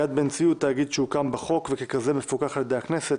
יד בן-צבי הוא תאגיד שהוקם בחוק וככזה מפוקח על-ידי הכנסת.